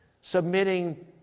submitting